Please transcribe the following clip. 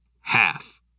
half